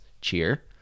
cheer